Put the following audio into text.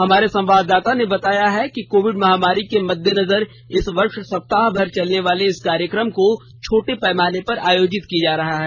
हमारे संवाददाता ने बताया है कि कोविड महामारी के मद्देनजर इस वर्ष सप्ताह भर चलने वाले इस कार्यक्रम को छोटे पैमाने पर आयोजित किया जा रहा है